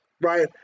Right